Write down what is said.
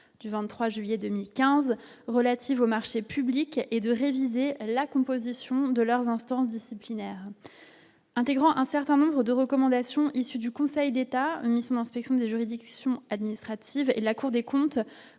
du 23 juillet 2015 relatives aux marchés publics et de réviser la composition de leurs instances disciplinaires intégrant un certain nombre de recommandations issues du Conseil d'État uniquement ceux qui sont de juridiction administrative et la Cour des comptes,